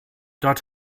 dort